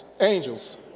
angels